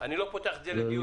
אני לא פותח את זה לדיון.